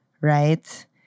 right